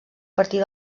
partir